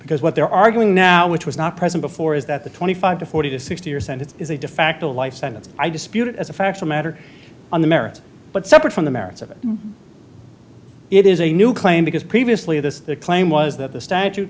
because what they're arguing now which was not present before is that the twenty five to forty to sixty years and it is a de facto life sentence i dispute it as a factual matter on the merits but separate from the merits of it it is a new claim because previously the claim was that the statu